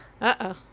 Uh-oh